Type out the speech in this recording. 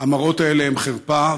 המראות האלה הם חרפה,